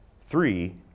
three